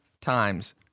times